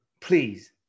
Please